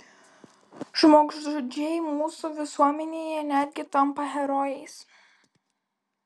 žmogžudžiai mūsų visuomenėje netgi tampa herojais